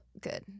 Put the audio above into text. good